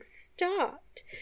stopped